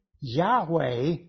Yahweh